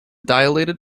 dilated